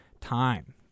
time